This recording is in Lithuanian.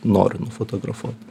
noriu nufotografuot